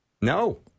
No